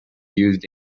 used